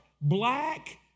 black